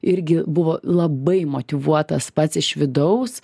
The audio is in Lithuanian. irgi buvo labai motyvuotas pats iš vidaus